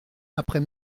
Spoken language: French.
après